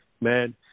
Man